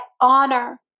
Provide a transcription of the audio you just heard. honor